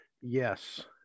yes